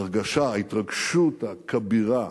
ההרגשה, ההתרגשות הכבירה